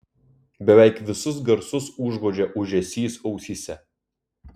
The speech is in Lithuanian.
beveik visus garsus užgožė ūžesys ausyse